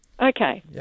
Okay